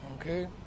okay